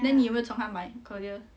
then 你有没有从她买